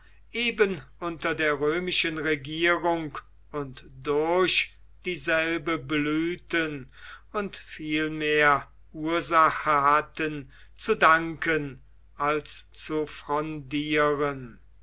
eben unter der römischen regierung und durch dieselbe blühten und viel mehr ursache hatten zu danken als zu frondieren